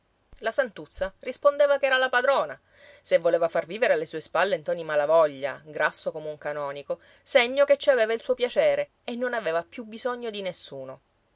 la santuzza rispondeva che era la padrona se voleva far vivere alle sue spalle ntoni malavoglia grasso come un canonico segno che ci aveva il suo piacere e non aveva più bisogno di nessuno